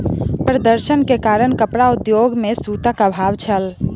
प्रदर्शन के कारण कपड़ा उद्योग में सूतक अभाव छल